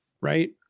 Right